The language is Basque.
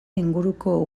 inguruko